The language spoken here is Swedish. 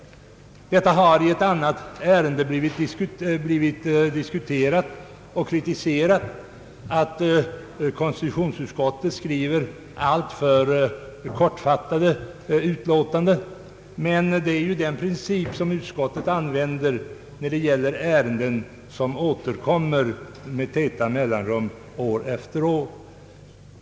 Frågan behandlades också så sent som vid höstriksdagen för ett år sedan. Vid behandlingen av ett annat ärende kritiserades konstitutionsutskottet för att det skriver kortfattade utlåtanden, men det är ju den princip som utskottet tillämpar i ärenden som återkommer år efter år.